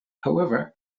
however